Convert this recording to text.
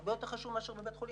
הרבה יותר חשוב מאשר בבית חולים.